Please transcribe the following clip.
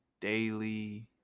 daily